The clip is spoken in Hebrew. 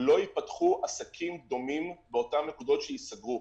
לא ייפתחו עסקים דומים באותן נקודות שייסגרו,